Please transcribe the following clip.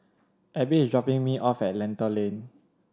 Abby is dropping me off at Lentor Lane